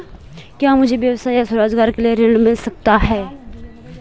क्या मुझे व्यवसाय या स्वरोज़गार के लिए ऋण मिल सकता है?